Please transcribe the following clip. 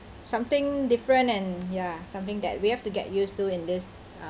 something different and ya something that we have to get used to in this uh